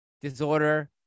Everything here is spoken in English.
disorder